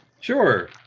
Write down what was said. Sure